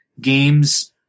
games –